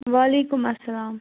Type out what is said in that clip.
وعلیکُم اسلام